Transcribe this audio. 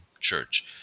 church